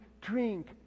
drink